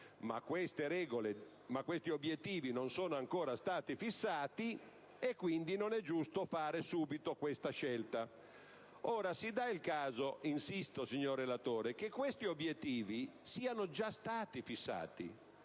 ma questi obiettivi non sono ancora stati fissati, e quindi non è giusto fare subito questa scelta. Si dà il caso - insisto, signor relatore - che questi obiettivi siano già stati fissati.